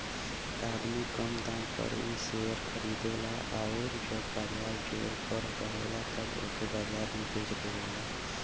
आदमी कम दाम पर इ शेअर खरीदेला आउर जब बाजार जोर पर रहेला तब ओके बाजार में बेच देवेला